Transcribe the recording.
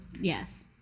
Yes